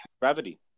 Gravity